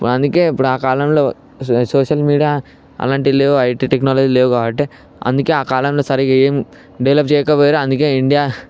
అందుకే ఇప్పుడు ఆ కాలంలో సోషల్ మీడియా అలాంటి లేవు ఐటీ టెక్నాలజీ లేవు కాబట్టి అందుకే ఆ కాలంలో సరిగా ఏం డెవలప్ చేయలేకపోయిర్రు అందుకే ఇండియా